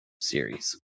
series